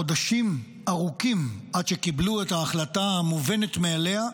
חודשים ארוכים עד שקיבלו את ההחלטה המובנת מאליה,